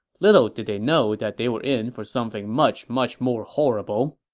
little did they know that they were in for something much much more horrible